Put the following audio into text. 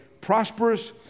prosperous